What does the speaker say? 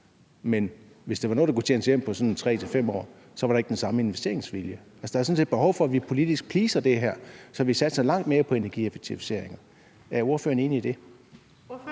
men hvis det var noget, der kunne tjenes hjem på sådan 3-5 år, så var der ikke den samme investeringsvilje. Altså, der er sådan set et behov for, at vi politisk pleaser det her, sådan at vi satser langt mere på energieffektiviseringer. Er ordføreren enig i det?